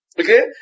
Okay